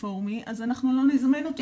רפורמי, אז אנחנו לא נזמן אותו.